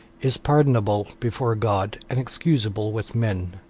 is pardonable before god, and excusable with men.